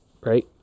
Right